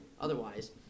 otherwise